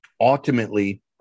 ultimately